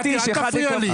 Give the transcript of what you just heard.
נתי, אל תפריע לי.